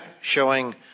showing